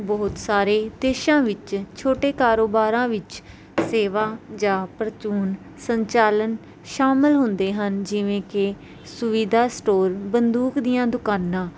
ਬਹੁਤ ਸਾਰੇ ਦੇਸ਼ਾਂ ਵਿੱਚ ਛੋਟੇ ਕਾਰੋਬਾਰਾਂ ਵਿੱਚ ਸੇਵਾ ਜਾਂ ਪਰਚੂਨ ਸੰਚਾਲਨ ਸ਼ਾਮਿਲ ਹੁੰਦੇ ਹਨ ਜਿਵੇਂ ਕਿ ਸੁਵਿਧਾ ਸਟੋਰ ਬੰਦੂਕ ਦੀਆਂ ਦੁਕਾਨਾਂ